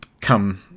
come